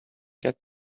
get